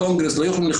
אני רוצה להתקדם